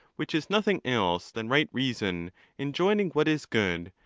which is nothing else than right reason enjoining what is good,